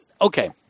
okay